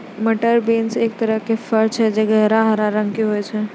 मटर बींस एक तरहो के फर छै जे गहरा हरा रंगो के होय छै